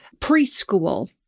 preschool